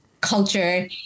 culture